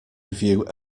review